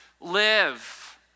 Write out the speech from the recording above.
live